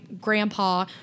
grandpa